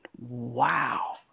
Wow